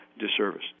disservice